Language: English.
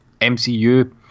MCU